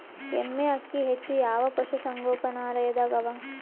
ಎಮ್ಮೆ ಅಕ್ಕಿ ಹೆಚ್ಚು ಯಾವ ಪಶುಸಂಗೋಪನಾಲಯದಾಗ ಅವಾ?